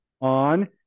on